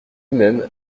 même